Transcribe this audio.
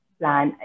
plan